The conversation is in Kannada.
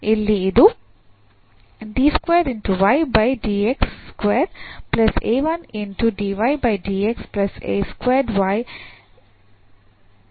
ಇಲ್ಲಿ ಇದು ಆಗಿರುತ್ತದೆ